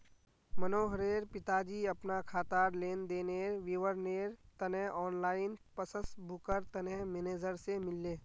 मनोहरेर पिताजी अपना खातार लेन देनेर विवरनेर तने ऑनलाइन पस्स्बूकर तने मेनेजर से मिलले